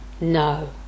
No